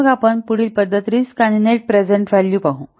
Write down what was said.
तर मग आपण पुढील पद्धत रिस्क आणि नेट प्रेझेंट व्हॅलू पाहू